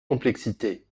complexité